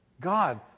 God